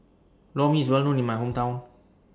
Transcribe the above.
Lor Mee IS Well known in My Hometown